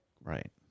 Right